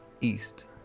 east